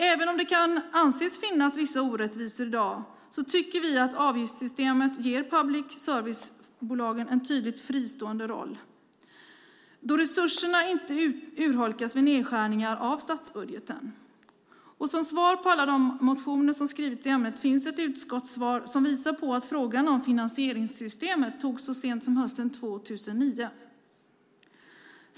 Även om det kan anses finnas vissa orättvisor i dag tycker vi att avgiftssystemet ger public service-bolagen en tydligt fristående roll, då resurserna inte urholkas vid nedskärningar av statsbudgeten. Som svar på alla de motioner som skrivits i ämnet finns ett utskottssvar som visar på att frågan om finansieringssystemet togs upp så sent som hösten 2009.